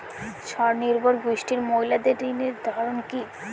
স্বনির্ভর গোষ্ঠীর মহিলাদের ঋণের ধরন কি?